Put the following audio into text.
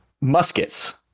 Muskets